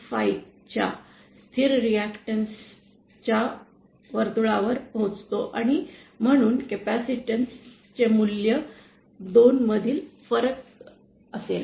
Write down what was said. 5 च्या स्थिर रिएक्टन्स च्या वर्तुळावर पोहोचतो आणि म्हणून कॅपेसिटन्स मूल्य २ मधील फरक असेल